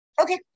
Okay